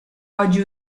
oggi